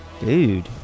Dude